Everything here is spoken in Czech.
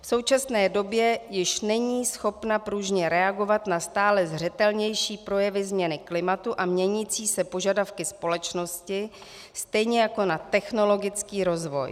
V současné době již není schopna pružně reagovat na stále zřetelnější projevy změny klimatu a měnící se požadavky společnosti stejně jako na technologický rozvoj.